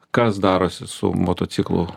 kas darosi su motociklu